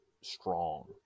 strong